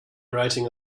writing